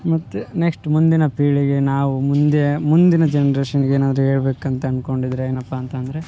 ಮತ್ತು ನೆಕ್ಸ್ಟ್ ಮುಂದಿನ ಪೀಳಿಗೆ ನಾವು ಮುಂದೆ ಮುಂದಿನ ಜನ್ರೇಷನ್ಗೆ ಏನಾದರು ಹೇಳ್ಬೇಕು ಅಂತ ಅನ್ಕೊಂಡಿದ್ರೆ ಏನಪ್ಪ ಅಂತಂದರೆ